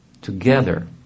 together